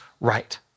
right